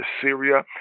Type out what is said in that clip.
Syria